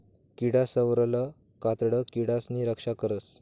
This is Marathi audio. किडासवरलं कातडं किडासनी रक्षा करस